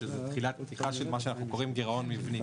שזה תחילת פתיחה של מה שאנחנו קוראים "גירעון מבני",